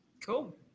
Cool